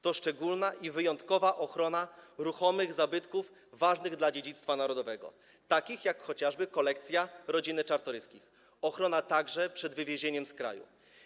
To szczególna i wyjątkowa ochrona ruchomych zabytków ważnych dla dziedzictwa narodowego, takich jak chociażby kolekcja rodziny Czartoryskich, a także ochrona przed wywiezieniem ich z kraju.